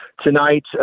tonight